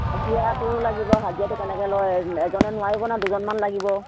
হাজিৰাটো লাগিব হাজিৰাটো কেনেকে লয় এজনে নোৱাৰিব ন দুজনমান লাগিব